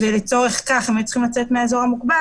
ולצורך כך הם היו צריכים לצאת מהאזור המוגבל,